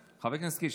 חבר הכנסת קיש,